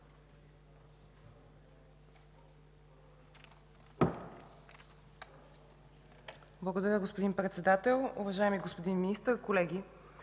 Благодаря, господин Председател. Уважаеми господин Министър, колеги!